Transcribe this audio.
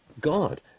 God